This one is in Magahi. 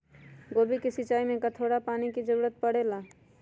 गोभी के सिचाई में का थोड़ा थोड़ा पानी के जरूरत परे ला?